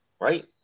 right